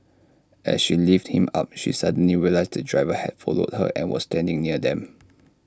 as she lifted him up she suddenly realised the driver had followed her and was standing near them